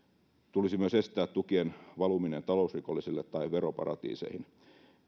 tulisi myös estää tukien valuminen talousrikollisille tai veroparatiiseihin